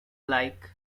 like